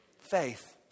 faith